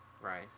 Right